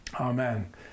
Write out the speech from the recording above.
amen